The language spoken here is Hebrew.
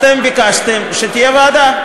אתם ביקשתם שתהיה ועדה,